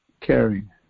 caring